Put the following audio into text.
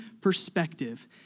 perspective